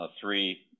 three